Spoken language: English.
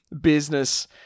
Business